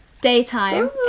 Daytime